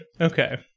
Okay